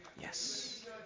yes